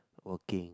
working